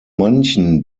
manchen